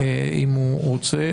אם רוצים,